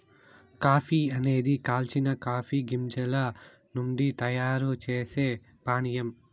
coffee అనేది కాల్చిన coffee గింజల నుండి తయారు చేసే పానీయం